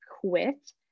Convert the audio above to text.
quit